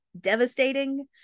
devastating